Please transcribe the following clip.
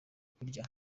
kurya